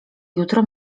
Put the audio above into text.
jutro